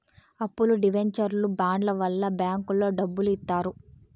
అప్పులు డివెంచర్లు బాండ్ల వల్ల బ్యాంకులో డబ్బులు ఇత్తారు